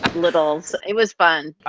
littles. it was fun.